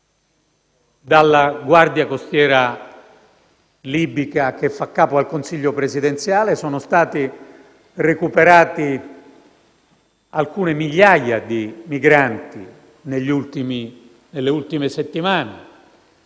Dalla guardia costiera libica, infatti, che fa capo al Consiglio presidenziale, sono state recuperate alcune migliaia di migranti nelle ultime settimane: